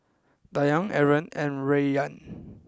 Dayang Aaron and Rayyan